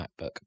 MacBook